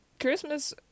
Christmas